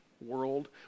world